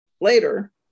later